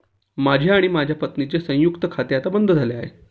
माझे आणि माझ्या पत्नीचे संयुक्त खाते आता बंद झाले आहे